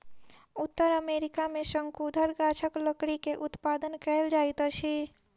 उत्तर अमेरिका में शंकुधर गाछक लकड़ी के उत्पादन कायल जाइत अछि